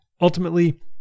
Ultimately